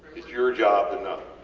its your job and